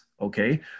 Okay